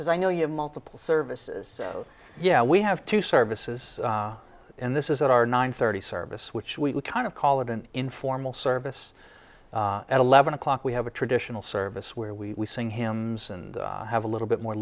because i know you have multiple services so yeah we have two services and this is our nine thirty service which we kind of call it an informal service at eleven o'clock we have a traditional service where we sing hymns and have a little bit more